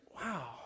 wow